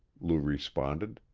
lou responded.